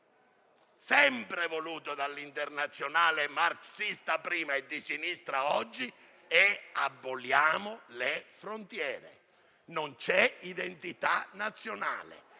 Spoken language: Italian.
sempre voluto dall'internazionale marxista, prima, e di sinistra, oggi è: aboliamo le frontiere. Non c'è identità nazionale;